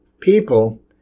people